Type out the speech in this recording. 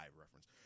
reference